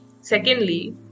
secondly